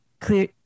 clear